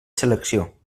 selecció